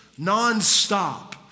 nonstop